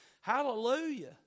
Hallelujah